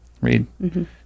Read